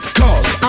cause